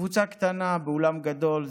קבוצה קטנה באולם גדול.